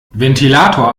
ventilator